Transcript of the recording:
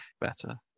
Better